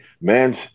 man's